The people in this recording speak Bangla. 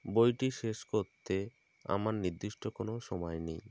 বইটি শেষ করতে আমার নির্দিষ্ট কোনো সময় নেই